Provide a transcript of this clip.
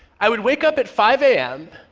i would wake up at five am,